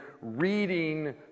reading